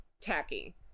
tacky